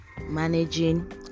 managing